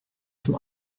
zum